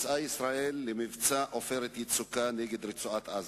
יצאה ישראל למבצע "עופרת יצוקה" נגד רצועת-עזה.